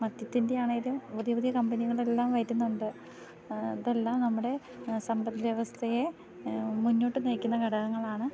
മദ്യത്തിൻ്റെ ആണേലും പുതിയ പുതിയ കമ്പനികളെല്ലാം വരുന്നുണ്ട് ഇതെല്ലാം നമ്മുടെ സമ്പത്ത് വ്യവസ്ഥയെ മുന്നോട്ട് നയിക്കുന്ന ഘടകങ്ങളാണ്